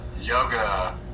Yoga